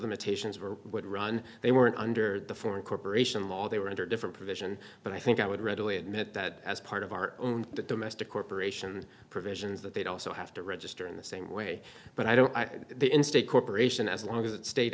limitations were would run they weren't under the foreign corporation law they were under different provision but i think i would readily admit that as part of our own domestic corporation provisions that they'd also have to register in the same way but i don't buy the in state corporation as long as it's sta